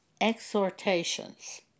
Exhortations